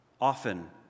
often